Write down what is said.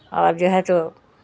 اور جو ہے تو